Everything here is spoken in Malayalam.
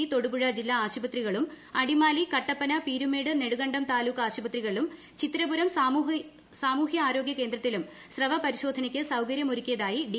ഇടുക്കി തൊടുപുഴ ജില്ലാ ആശുപത്രികളും അടിമാലി കട്ടപ്പന പീരുമേട് നെടുങ്കണ്ടം താലൂക്ക് ആശുപത്രികളിലും ചിത്തിരപുരം സാമൂഹ്യാരോഗ്യ കേന്ദ്രത്തിലും സ്രവ പരിശോധനയ്ക്ക് സൌകര്യമൊരുക്കിയതായി ഡി